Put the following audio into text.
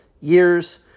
years